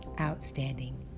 Outstanding